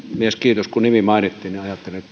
kiitos kun nimi mainittiin niin ajattelin